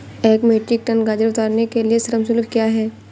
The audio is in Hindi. एक मीट्रिक टन गाजर उतारने के लिए श्रम शुल्क क्या है?